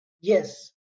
yes